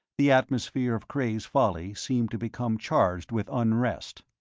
the atmosphere of cray's folly seemed to become charged with unrest.